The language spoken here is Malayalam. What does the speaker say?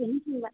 എനിക്കില്ല